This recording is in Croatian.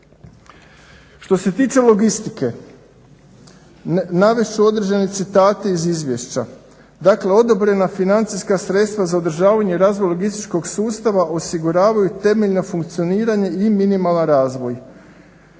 Što se tiče logistike, navest ću određene citate iz izvješća. Dakle, odobrena financijska sredstva za održavanje i razvoj logističkog sustava osiguravaju temeljna funkcioniranja i minimalan razvoj,